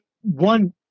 one